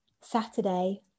saturday